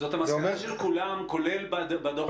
זאת המסקנה של כולם, כולל בדוח.